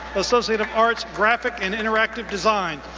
associate of arts, graphic and interactive design,